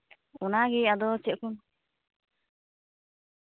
ᱚᱱᱟᱜᱮ ᱟᱫᱚ ᱪᱮᱫ ᱠᱚ